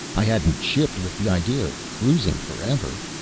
i hadn't shipped with the idea of cruising forever.